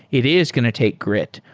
it is going to take gr it,